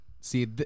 See